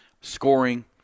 scoring